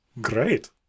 Great